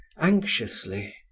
anxiously